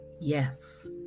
Yes